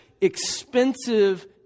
expensive